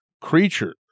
creature